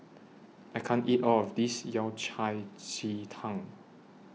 I can't eat All of This Yao Cai Ji Tang